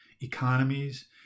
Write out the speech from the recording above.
economies